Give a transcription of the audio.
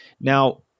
Now